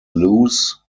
loose